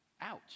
Ouch